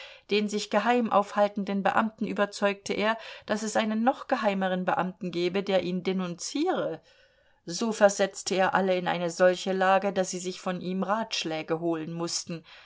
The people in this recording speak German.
den sich geheim aufhaltenden beamten überzeugte er daß es einen noch geheimeren beamten gebe der ihn denunziere so versetzte er alle in eine solche lage daß sie sich von ihm ratschläge holen mußten